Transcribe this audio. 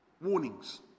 warnings